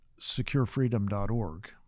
securefreedom.org